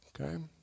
Okay